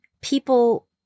people